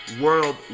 world